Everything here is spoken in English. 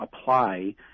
apply